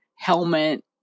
Helmet